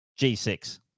G6